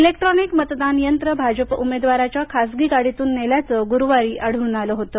electronic मतदान यंत्र भाजप उमेदवाराच्या खासगी गाडीतून नेल्याचं गुरुवारी आढळून आलं होतं